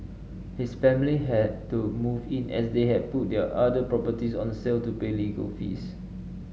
his family had to move in as they had put their other properties on sale to pay legal fees